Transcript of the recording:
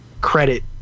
credit